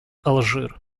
алжир